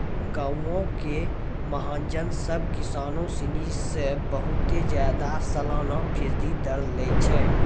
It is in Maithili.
गांवो के महाजन सभ किसानो सिनी से बहुते ज्यादा सलाना फीसदी दर लै छै